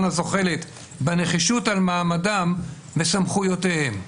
הזוחלת בנחישות על מעמדם וסמכויותיהם.